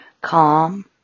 calm